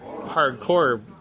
hardcore